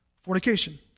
Fornication